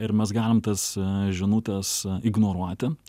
ir mes galim tas žinutes ignoruoti